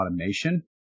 automation